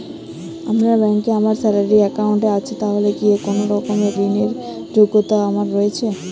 আপনার ব্যাংকে আমার স্যালারি অ্যাকাউন্ট আছে তাহলে কি কোনরকম ঋণ র যোগ্যতা আমার রয়েছে?